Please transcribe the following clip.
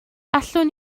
allwn